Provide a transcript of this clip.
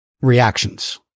reactions